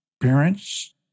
parents